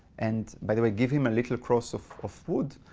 and by the way, give him a little cross of wood,